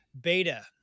beta